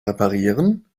reparieren